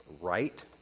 right